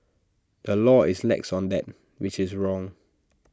the law is lax on that which is wrong